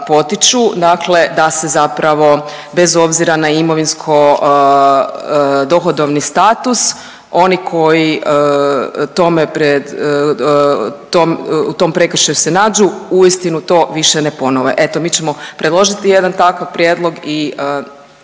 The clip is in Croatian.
potiču dakle da se zapravo bez obzira na imovinsko dohodovni status oni koji tome pred, u tom prekršaju se nađu uistinu to više ne ponove. Eto, mi ćemo predložiti jedan takav prijedlog i